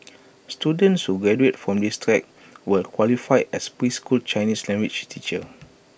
students who graduate from this track will qualify as preschool Chinese language teachers